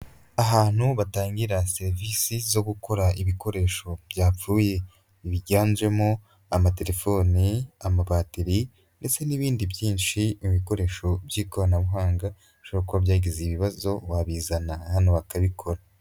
Ahantu batangira serivisi zo gukora ibikoresho byapfuye, biganjemo: amatelefoni, amabateri ndetse n'ibindi byinshi; ibikoresho by'ikoranabuhanga bidhobora kuba byagize ibibazo wabizana hano bakabikora.